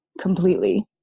completely